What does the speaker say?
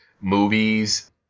movies